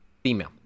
Female